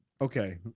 Okay